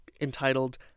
entitled